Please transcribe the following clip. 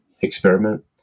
experiment